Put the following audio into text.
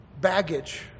Baggage